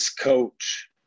coach